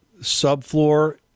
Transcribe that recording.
subfloor